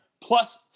plus